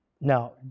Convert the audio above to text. Now